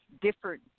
different